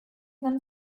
nam